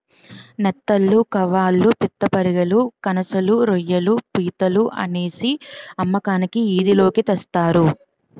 నెత్తళ్లు కవాళ్ళు పిత్తపరిగెలు కనసలు రోయ్యిలు పీతలు అనేసి అమ్మకానికి ఈది లోకి తెస్తారు